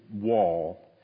wall